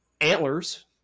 Antlers